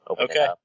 Okay